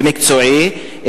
ומקצועי,